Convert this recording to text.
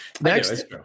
Next